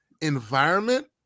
environment